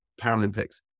Paralympics